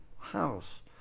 house